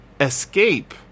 escape